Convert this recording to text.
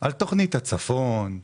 על תכנית הצפון,